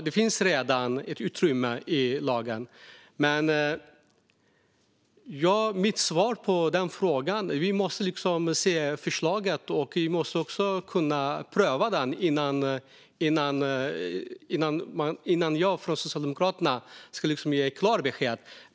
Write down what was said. Det finns alltså redan utrymme i lagen. Mitt svar på frågan är att vi socialdemokrater måste se förslaget och också pröva det innan vi kan ge klart besked.